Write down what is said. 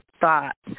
thoughts